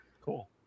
Cool